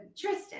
Tristan